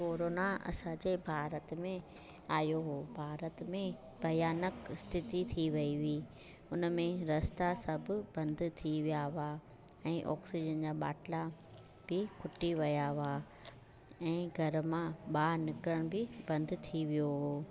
corona असांजे भारत में आयो हो भारत में भयानक स्थिती थी वयी हुई उनमें रस्ता सभु बंदि थी विया हुआ ऐं ऑक्सीजन जा बाटला बि खुटी विया हुआ ऐं घर मां ॿाहिरि निकिरण बि बंदि थी वियो हो